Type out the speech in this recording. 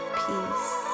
peace